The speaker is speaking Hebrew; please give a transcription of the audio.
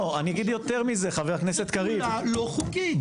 זה פעולה לא חוקית.